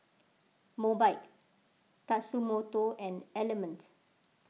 Mobike Tatsumoto and Element